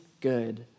good